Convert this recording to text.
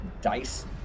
dice